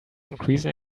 increasing